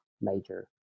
major